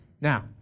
Now